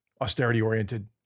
austerity-oriented